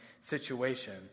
situation